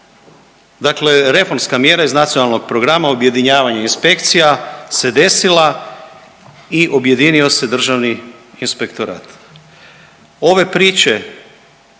Dakle, reformska mjera iz nacionalnog programa objedinjavanje inspekcija se desila i objedinio se Državni inspektorat. Ove priče